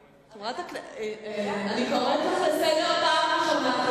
אני קוראת אותך לסדר פעם ראשונה.